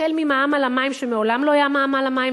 החל ממע"מ על המים כשמעולם לא היה מע"מ על המים,